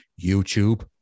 YouTube